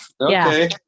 okay